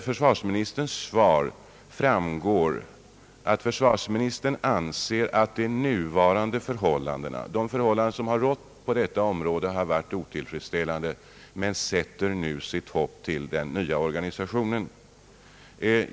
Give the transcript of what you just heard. Försvarsministerns svar innebar att han ansåg rådande förhållanden på detta område otillfredsställande men satte sitt hopp till den nya organisationen.